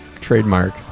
Trademark